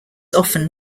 often